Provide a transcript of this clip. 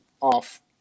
off